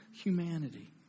humanity